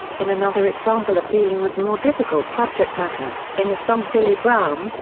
in another example of dealing with more difficult subject matter, in the song billy brown,